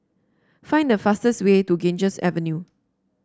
find the fastest way to Ganges Avenue